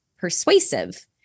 persuasive